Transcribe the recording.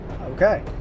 Okay